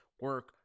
Work